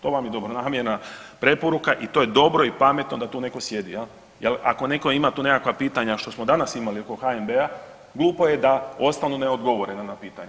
To vam je dobronamjerna preporuka i to je dobro i pametno da tu netko sjedi, jer ako netko ima tu nekakva pitanja što smo danas imali oko HNB-a glupo je da ostanu neodgovorena na pitanje.